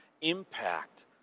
impact